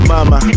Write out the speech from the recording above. Mama